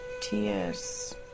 tears